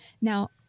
Now